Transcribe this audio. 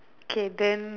okay then